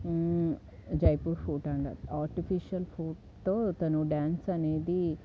Jaipur foot అంటారు artificial ఫూట్తో తను డ్యాన్స్ అనేది